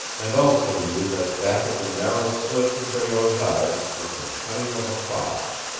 and also knew that back of the narrow slits of breault's eyes was the cunning of a fox.